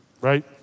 right